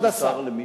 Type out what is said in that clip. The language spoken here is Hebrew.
האם מותר למישהו,